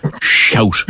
shout